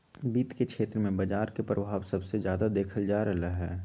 वित्त के क्षेत्र में बजार के परभाव सबसे जादा देखल जा रहलई ह